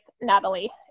Natalie